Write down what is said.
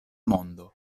mondo